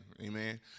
amen